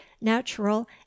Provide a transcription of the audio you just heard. natural